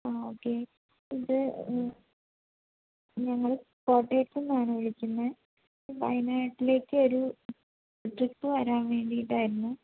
ആ ഓക്കേ ഇത് ഞങ്ങൾ കോട്ടയത്തുനിന്നാണു വിളിക്കുന്നത് വയനാട്ടിലേക്കൊരു ട്രിപ്പ് വരാൻ വേണ്ടിയിട്ടായിരുന്നു